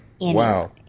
Wow